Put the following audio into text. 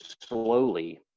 slowly